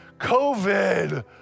COVID